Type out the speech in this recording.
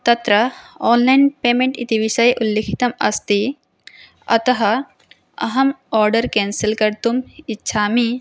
तत्र online payment इति विषये उल्लिखितम् अस्ति अतः अहम् आर्डर् केन्सल् कर्तुम् इच्छामि